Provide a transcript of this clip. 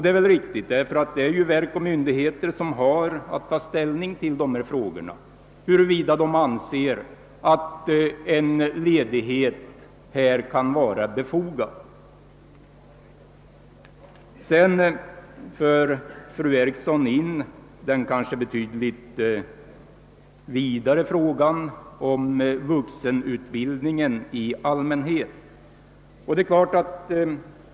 Det är nog riktigt, eftersom det är verk och myndigheter som har att ta ställning till frågor om huruvida en ledighet kan vara befogad. Fru Eriksson för också in den kanske betydligt vidare frågan om vuxenutbildningen i allmänhet.